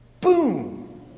boom